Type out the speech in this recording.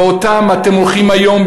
ואותם אתם הולכים היום,